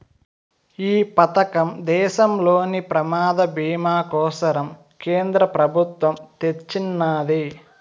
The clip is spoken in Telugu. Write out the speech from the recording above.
ఈ పదకం దేశంలోని ప్రమాద బీమా కోసరం కేంద్ర పెబుత్వమ్ తెచ్చిన్నాది